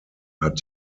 hat